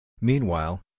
Meanwhile